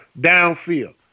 downfield